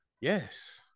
Yes